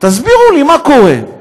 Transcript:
תסבירו לי מה קורה.